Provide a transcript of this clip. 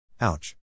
Ouch